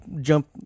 jump